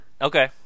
Okay